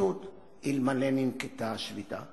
לפרקליטות אלמלא ננקטה השביתה,